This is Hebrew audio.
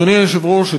אדוני היושב-ראש,